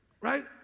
Right